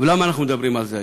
למה אנחנו מדברים על זה היום?